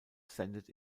sendet